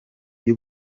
y’u